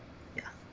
ya